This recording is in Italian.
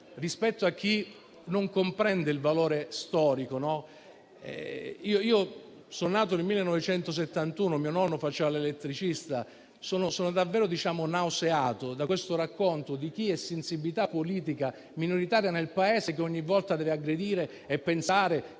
rispetto a chi non comprende il valore della storia, posso dire che sono nato nel 1971; mio nonno faceva l'elettricista e sono davvero nauseato da questo racconto di chi, è portatore di una sensibilità politica minoritaria nel Paese, ogni volta deve aggredire e pensare